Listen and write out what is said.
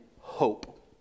hope